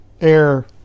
air